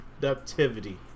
productivity